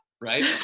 right